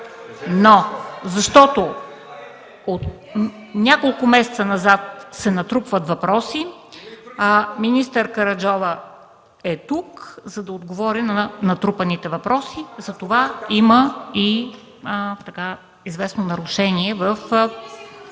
защото от няколко месеца назад се натрупват въпроси. Министър Караджова е тук, за да отговори на натрупаните въпроси. Затова има известно нарушение на